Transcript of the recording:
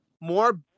more